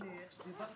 איך שדיברת,